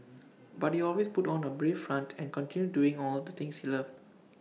but he always put on A brave front and continued doing all the things he loved